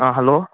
hello